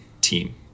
team